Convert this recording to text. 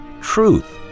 truth